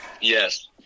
Yes